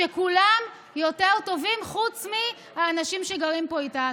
שכולם יותר טובים חוץ מהאנשים שגרים פה איתנו.